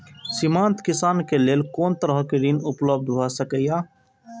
सीमांत किसान के लेल कोन तरहक ऋण उपलब्ध भ सकेया?